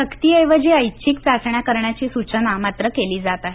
सक्तीऐवजी ऐच्छिक चाचण्या करण्याची सूचना मात्र केली जात आहे